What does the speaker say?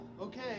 Okay